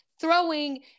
throwing